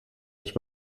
nicht